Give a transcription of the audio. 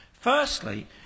Firstly